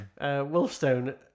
Wolfstone